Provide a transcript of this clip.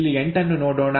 ಇಲ್ಲಿ 8ನ್ನು ನೋಡೋಣ